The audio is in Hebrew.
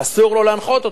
אסור לו להנחות אותו.